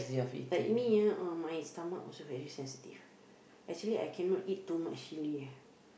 like me ah ah my stomach also very sensitive actually I cannot eat too much chili ah